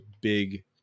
big